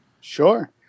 Sure